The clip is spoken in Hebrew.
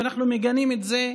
ואנחנו מגנים את זה.